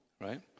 right